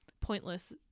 pointless